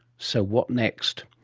so, what next?